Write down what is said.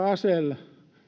asell hän taisi